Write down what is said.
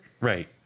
Right